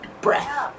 breath